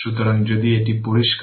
সুতরাং τ 2 সেকেন্ড